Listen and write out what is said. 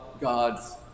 God's